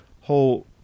whole